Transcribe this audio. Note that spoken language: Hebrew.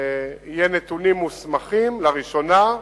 יהיו נתונים מוסמכים, לראשונה.